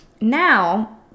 now